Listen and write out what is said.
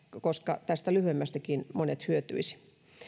koska tästä lyhyemmästäkin monet hyötyisivät